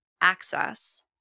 access